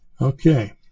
Okay